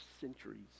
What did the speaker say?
centuries